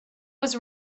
was